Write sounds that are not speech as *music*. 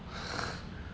*noise*